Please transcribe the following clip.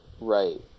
Right